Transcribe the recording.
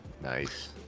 Nice